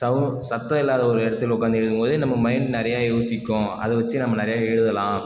sound சத்தம் இல்லாத ஒரு இடத்துல உட்காந்து எழுதும்போது நம்ம மைண்ட் நிறைய யோசிக்கும் அதை வச்சு நம்ம நிறைய எழுதலாம்